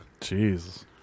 Jeez